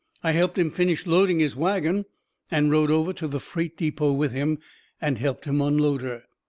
i helped him finish loading his wagon and rode over to the freight depot with him and helped him unload her.